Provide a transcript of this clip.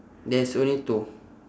there's only two